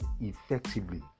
effectively